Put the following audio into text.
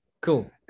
Cool